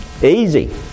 easy